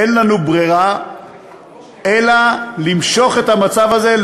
אין לנו ברירה אלא למשוך את המצב הזה,